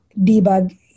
debug